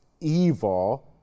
evil